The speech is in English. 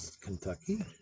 Kentucky